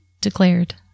declared